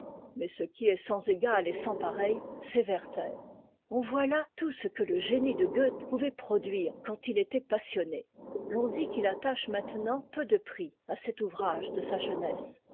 mais ce qui est sans égal et sans pareil c'est er aer on voit là tout ce que le génie de goethe pouvait produire quand il était passionné l'on dit qu'i attache maintenant peu de prix à cet ouvrage de sa jeunesse